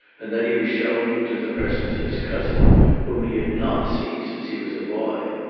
and then he was shown into the presence of his cousin whom he had not seen since he was a boy.